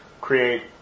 create